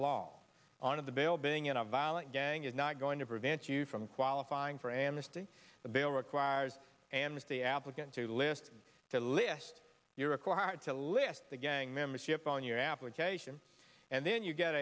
law on of the bail being in a violent gang is not going to prevent you from qualifying for amnesty the bail requires and the applicant to list the list you're required to list the gang membership on your application and then you get